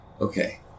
Okay